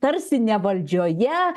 tarsi ne valdžioje